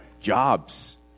jobs